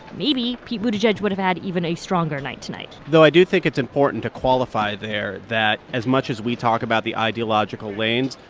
maybe pete buttigieg would have had even a stronger night tonight though, i do think it's important to qualify there that, as much as we talk about the ideological lanes,